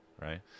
right